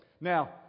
Now